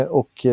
och